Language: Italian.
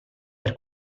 per